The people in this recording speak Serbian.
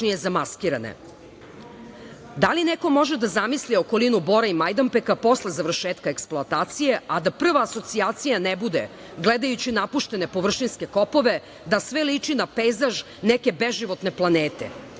li neko može da zamisli okolinu Bora i Majdanpeka posle završetka eksploatacije, a da prva asocijacija ne bude, gledajući napuštene površinske kopove, da sve liči na pejzaž neke beživotne planete?